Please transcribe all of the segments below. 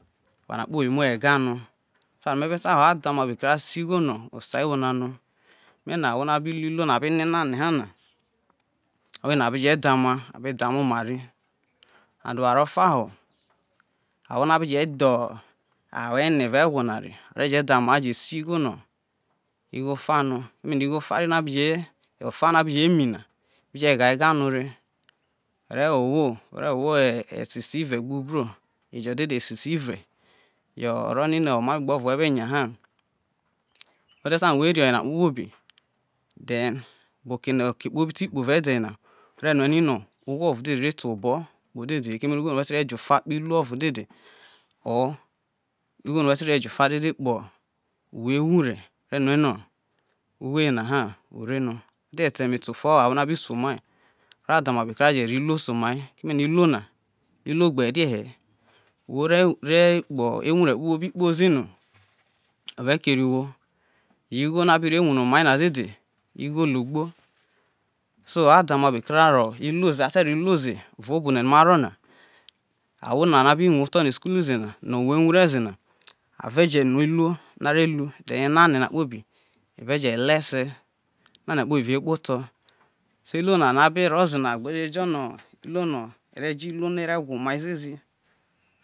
Ore no oma were ome erao akpo na ozi, avo izuo oto, izuo owo gbe izuo ovovo, ovovo na ro ogho ghere ano a re fi eya ho orie ka bino ovovo, wavo iroro na then iziwo oto no were to emeri fiho no whe te gbo ozi no we je to emeri fiye whe te make ro ome ze aso te uvo me re rie, me te rie era o re vo ome, me be lo ozi na yo are ro ubiere gbe ofigbo fiho akawa mo me re ro tei mere rie oyeho olomudo, izuo uto na we te luo iziwo oto na emi iziowo umdo we je, iziwo oto owo oghere esa, whe fi iziwo ye whe fi emi idemevu ye were fi ofigbo fiye, were fi eme ko ye, eriere gbe atani kene wo je lu ei kpatu no, we je kuo omo ame roro fiye, we ro emeri to fiye oje lu ni tuwe ehe i wo re gbo ozi roro we je bru ozi na fi ye we je ro omo figbo ro to ro ubiere to omo ofigbo we re re ye rie oyena re jie ho ome oma me je ro ozi na lo izuo ibedi me je iziwo ibiedi na, we te wa ibiedi na no aje theye fi emeri ye oghere kpobi no a theye ore were, ovovo na ovovo iroro rie oro eya rie, oro egbolo orie me ro egbolo kpobi ro lo ozi, ozi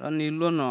ho ore ososuo no.